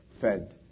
fed